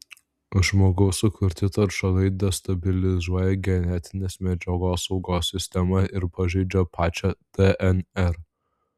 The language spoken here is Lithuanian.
žmogaus sukurti taršalai destabilizuoja genetinės medžiagos saugos sistemą ir pažeidžia pačią dnr